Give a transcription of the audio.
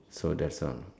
so that's all